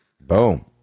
Boom